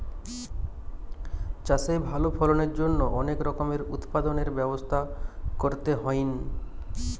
চাষে ভালো ফলনের জন্য অনেক রকমের উৎপাদনের ব্যবস্থা করতে হইন